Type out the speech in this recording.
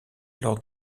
lors